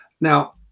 Now